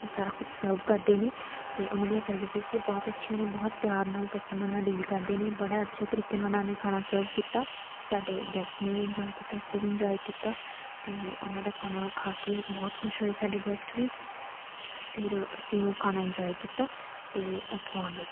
ਸਾਰਾ ਕੁਛ ਸਰਵ ਕਰਦੇ ਨੇ ਅਤੇ ਉਹਨਾਂ ਦੀਆਂ ਸਰਵਿਸਿਸ ਵੀ ਬਹੁਤ ਅੱਛੀਆਂ ਨੇ ਬਹੁਤ ਪਿਆਰ ਨਾਲ ਕਸਟਮਰ ਨਾਲ ਡੀਲ ਕਰਦੇ ਨੇ ਬੜਾ ਅੱਛੇ ਤਰੀਕੇ ਨਾਲ ਉਹਨਾਂ ਨੇ ਖਾਣਾ ਸਰਵ ਕੀਤਾ ਸਾਡੇ ਗੈਸਟ ਨੇ ਵੀ ਇੰਨਜੋਆਏ ਕੀਤਾ ਅਸੀਂ ਵੀ ਇੰਨਜੋਆਏ ਕੀਤਾ ਅਤੇ ਉਹਨਾਂ ਦਾ ਖਾਣਾ ਖਾ ਕੇ ਬਹੁਤ ਖੁਸ਼ ਹੋਏ ਸਾਡੇ ਗੈਸਟ ਵੀ ਫਿਰ ਅਸੀਂ ਉਹ ਖਾਣਾ ਇੰਨਜੋਆਏ ਕੀਤਾ ਅਤੇ ਉੱਥੋਂ ਆ ਗਏ